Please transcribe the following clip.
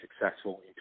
successful